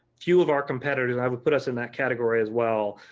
few of our competitors, and i would put us in that category as well,